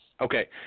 Okay